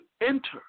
enter